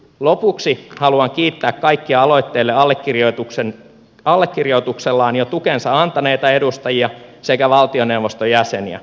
lopuksi haluan kiittää kaikkia aloitteelle allekirjoituksellaan jo tukensa antaneita edustajia sekä valtioneuvoston jäseniä